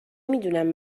میدونم